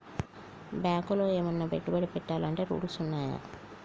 బ్యాంకులో ఏమన్నా పెట్టుబడి పెట్టాలంటే రూల్స్ ఉన్నయా?